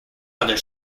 other